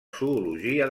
zoologia